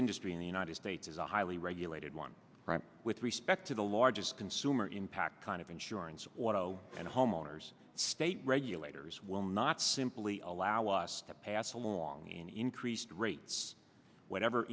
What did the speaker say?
industry in the united states is a highly regulated one with respect to the largest consumer impact kind of insurance auto and homeowners state regulators will not simply allow us to pass along in increased rates whatever